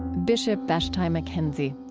bishop vashti mckenzie.